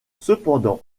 cependant